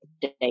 date